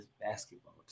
basketball